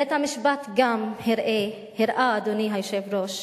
בית-המשפט גם הראה, אדוני היושב-ראש,